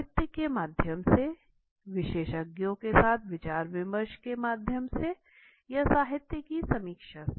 साहित्य के माध्यम से विशेषज्ञों के साथ विचार विमर्श के माध्यम से या साहित्य की समीक्षा से